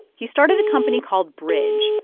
he started a company called bridge,